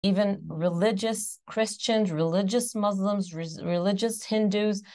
אפילו נוצרים דתיים, מוסלמים דתיים, הינדואים דתיים.